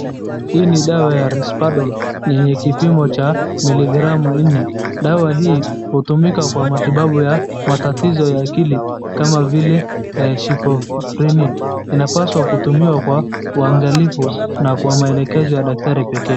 Hii ni dawa ya risperdal ni yenye kipimo miligramu nne . Dawa hii hutumika Kwa matibabu ya matatizo ya akili kama vile nasipfremia dawa hii inapaswa kutumiwa kwa uangalifu na kwa maelezo ya daktari pekee.